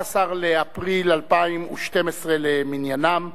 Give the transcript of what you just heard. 18 באפריל 2012 למניינם.